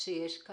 שיש פה